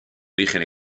origen